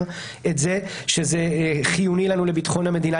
את זה שזה חיוני לנו לביטחון המדינה,